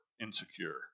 insecure